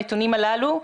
הנתונים הללו.